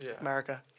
america